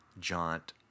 jaunt